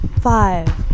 Five